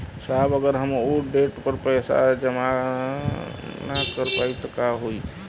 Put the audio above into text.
साहब अगर हम ओ देट पर पैसाना जमा कर पाइब त का होइ?